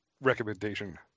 recommendation